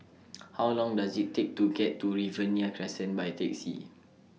How Long Does IT Take to get to Riverina Crescent By Taxi